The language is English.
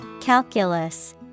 Calculus